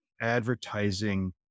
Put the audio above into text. advertising